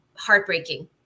heartbreaking